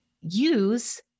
use